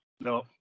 No